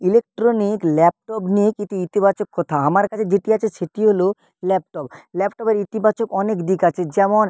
electronic laptop নিয়ে কিতি ইতিবাচক কথা আমার কাছে যেটি আছে সেটি হল ল্যাপটপ ল্যাপটপের ইতিবাচক অনেক দিক আছে যেমন